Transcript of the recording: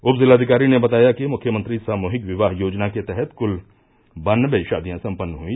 उपजिलाधिकारी ने बताया कि मुख्यमंत्री सामूहिक विवाह योजना के तहत कुल बान्नबे शादियां सम्पन्न हुयी